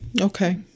Okay